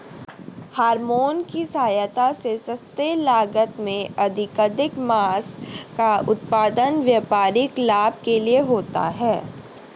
hormone की सहायता से सस्ते लागत में अधिकाधिक माँस का उत्पादन व्यापारिक लाभ के लिए होता है